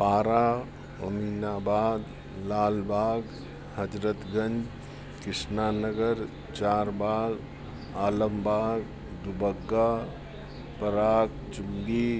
Para Aminabad Lalbagh Hazratganj Krishna Nagar Charbagh Alambagh Dubagga Parag Chungi